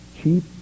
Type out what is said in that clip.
cheap